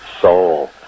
soul